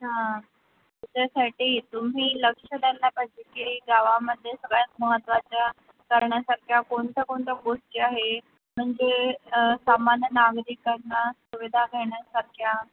हां त्याच्यासाठी तुम्ही लक्ष द्यायला पाहिजे की गावामध्ये सगळ्यात महत्वाच्या करण्यासारख्या कोणत्या कोणत्या गोष्टी आहे म्हणजे सामान्य नागरिकांना सुविधा घेण्यासारख्या